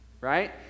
right